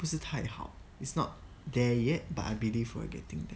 不是太好 is not there yet but I believe we're getting there